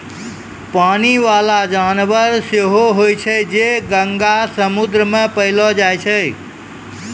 पानी बाला जानवर सोस होय छै जे गंगा, समुन्द्र मे पैलो जाय छै